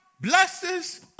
blesses